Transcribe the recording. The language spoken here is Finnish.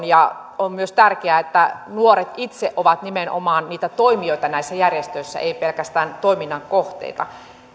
ja on myös tärkeää että nuoret itse ovat nimenomaan niitä toimijoita näissä järjestöissä eivät pelkästään toiminnan kohteita